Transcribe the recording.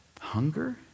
Hunger